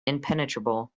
impenetrable